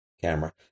camera